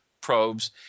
probes